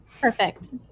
perfect